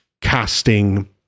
casting